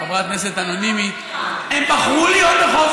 לפעמים זה לא הבחירה.